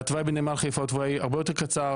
והתוואי בנמל חיפה הוא תוואי הרבה יותר קצר,